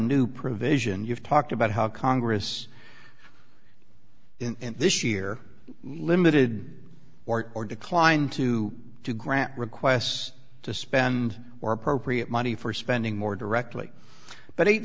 new provision you've talked about how congress in this year limited or or declined to do grant requests to spend or appropriate money for spending more directly but eight